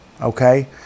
Okay